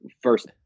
First